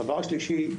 דבר שלישי,